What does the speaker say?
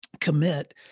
commit